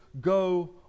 go